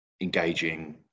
engaging